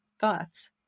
thoughts